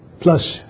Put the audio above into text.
plus